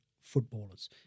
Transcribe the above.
footballers